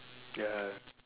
ya